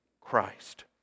Christ